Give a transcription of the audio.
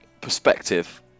perspective